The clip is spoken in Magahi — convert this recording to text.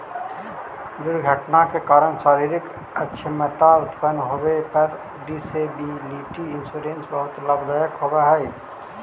दुर्घटना के कारण शारीरिक अक्षमता उत्पन्न होवे पर डिसेबिलिटी इंश्योरेंस बहुत लाभदायक होवऽ हई